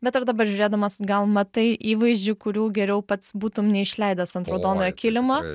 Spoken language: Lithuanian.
bet dabar žiūrėdamas gal matai įvaizdžių kurių geriau pats būtum neišleidęs ant raudonojo kilimo